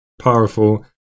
powerful